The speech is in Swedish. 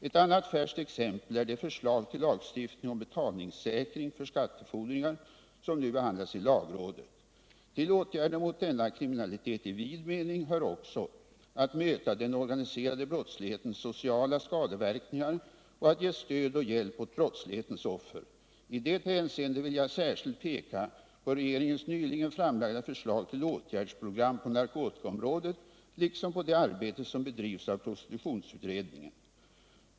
Ett annat färskt exempel är det förslag till lagstiftning om betalningssäkring för skattefordringar som nu behandlas i lagrådet. Till åtgärder mot denna kriminalitet i vid mening hör också att möta den organiserade brottslighetens sociala skadeverkningar och att ge stöd och hjälp åt brottslighetens offer. I det hänseendet vill jag särskilt peka på regeringens nyligen framlagda förslag till åtgärdsprogram på narkotikaområdet liksom på det arbete som bedrivs av prostitutionsutredningen.